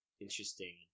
interesting